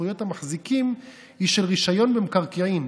זכויות המחזיקים היא של רישיון במקרקעין,